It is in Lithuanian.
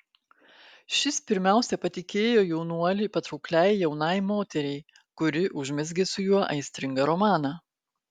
šis pirmiausia patikėjo jaunuolį patraukliai jaunai moteriai kuri užmezgė su juo aistringą romaną